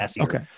okay